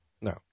No